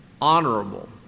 honorable